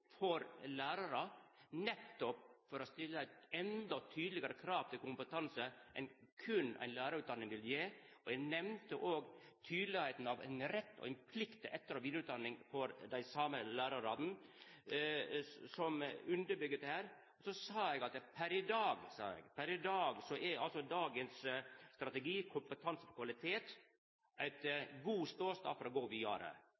enda tydelegare krav til kompetanse enn berre det ei lærarutdanning vil gje. Og eg nemnde òg tydelegheita av ein rett og ein plikt til etter- og vidareutdanning for dei same lærarane som underbyggjer dette. Så sa eg at per i dag er strategien «kompetanse for kvalitet» ein god ståstad for å gå vidare. Eg